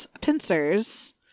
pincers